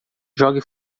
jogue